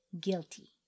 guilty